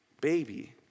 baby